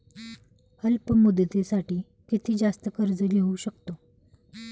अल्प मुदतीसाठी किती जास्त कर्ज घेऊ शकतो?